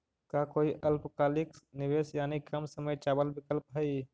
का कोई अल्पकालिक निवेश यानी कम समय चावल विकल्प हई?